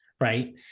right